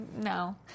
No